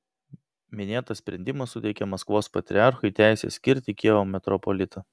minėtas sprendimas suteikė maskvos patriarchui teisę skirti kijevo metropolitą